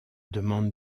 demande